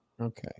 Okay